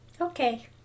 okay